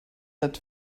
that